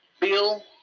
Bill